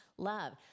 Love